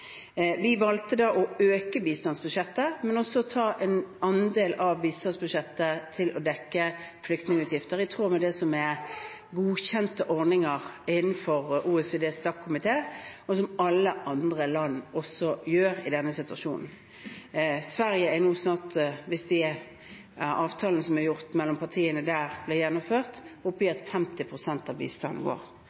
Vi valgte å øke bistandsbudsjettet, men også å ta en andel av bistandsbudsjettet til å dekke flyktningutgifter, i tråd med det som er godkjente ordninger innenfor OECDs utviklingskomité, DAC, noe som også alle andre land gjør i denne situasjonen. Sverige er snart – hvis avtalene som er inngått mellom partiene der, blir gjennomført – oppe i 50 pst. av bistanden